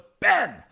Ben